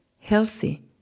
healthy